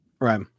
Right